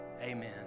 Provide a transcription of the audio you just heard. Amen